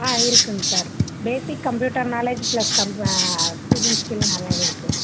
ஆ இருக்குதுங்க sir basic computer knowledge plus cum speaking skill நிறையாவே இருக்குது